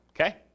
okay